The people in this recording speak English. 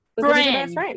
friend